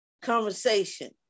conversation